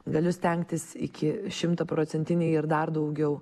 galiu stengtis iki šimtaprocentiniai ir dar daugiau